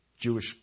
Jewish